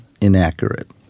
inaccurate